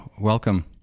welcome